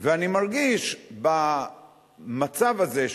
אני מרגיש במצב הזה,